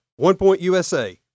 OnePointUSA